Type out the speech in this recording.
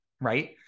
right